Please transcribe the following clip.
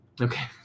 Okay